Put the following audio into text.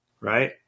Right